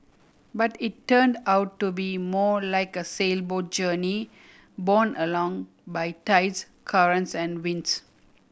but it turned out to be more like a sailboat journey borne along by tides currents and winds